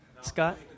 Scott